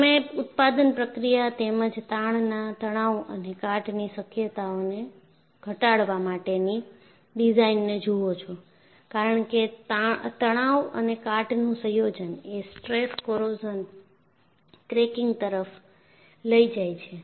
તમે ઉત્પાદન પ્રક્રિયા તેમજ તાણના તણાવ અને કાટની શક્યતાઓને ઘટાડવા માટેની ડિઝાઇનને જુઓ છો કારણ કે તણાવ અને કાટનું સંયોજન એ સ્ટ્રેસ કોરોઝન ક્રેકીંગ તરફ લઈ જાય છે